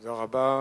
תודה רבה.